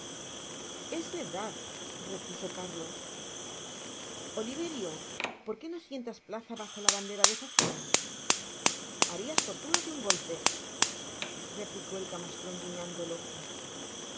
es verdad repuso cárlos oliverio por que no sientas plaza bajo la bandera de fagin harias fortuna de un golpe replicó el camastron guiñando el ojo